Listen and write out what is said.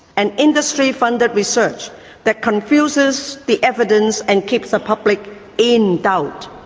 and industry-funded research that confuses the evidence and keeps the public in doubt.